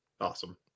Awesome